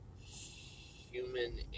Human